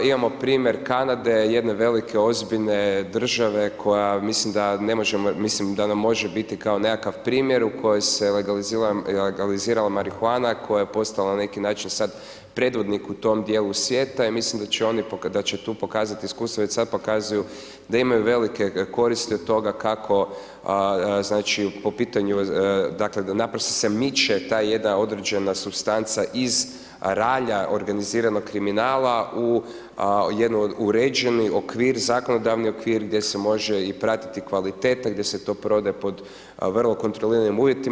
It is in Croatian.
A imamo primjer Kanade, jedne velike ozbiljne države koja mislim da ne možemo, mislim da nam može biti kao nekakav primjer u kojem se legalizirala marihuana koja je postala na neki način sad predvodnik u tom dijelu svijeta i mislim da će tu pokazati iskustvo, već sada pokazuju da imaju velike koristi od toga kako znači po pitanju dakle da naprosto se miče ta jedna određena supstanca iz ralja organiziranog kriminala u jedan uređeni okvir, zakonodavni okvir gdje se može i pratiti kvaliteta, gdje se to prodaje pod vrlo kontroliralnim uvjetima.